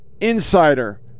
insider